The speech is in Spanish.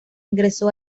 ingresó